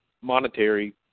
monetary